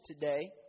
today